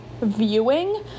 viewing